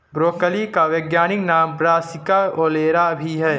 broccoli का वैज्ञानिक नाम ब्रासिका ओलेरा भी है